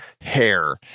hair